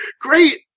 great